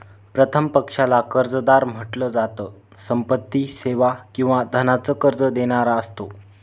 प्रथम पक्षाला कर्जदार म्हंटल जात, संपत्ती, सेवा किंवा धनाच कर्ज देणारा असतो